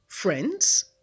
Friends